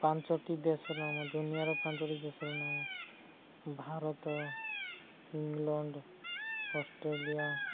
ପାଞ୍ଚଟି ଦେଶର ନାମ ଦୁନିଆର ପାଞ୍ଚଟି ଦେଶର ନାମ ଭାରତ ଇଂଲଣ୍ଡ ଅଷ୍ଟ୍ରେଲିଆ